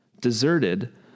Deserted